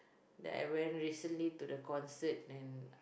that I very recently listen to the concert and